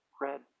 Red